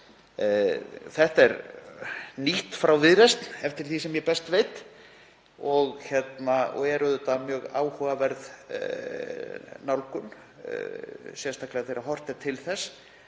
Þetta er nýtt frá Viðreisn, eftir því sem ég best veit, og er mjög áhugaverð nálgun, sérstaklega þegar horft er til þess